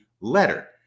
Letter